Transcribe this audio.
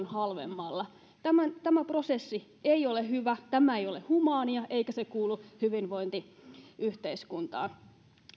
halvemmalla tämä prosessi ei ole hyvä tämä ei ole humaania eikä se kuulu hyvinvointiyhteiskuntaan